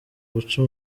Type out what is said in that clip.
guca